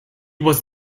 was